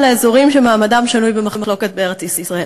לאזורים שמעמדים שנוי במחלוקת בארץ-ישראל.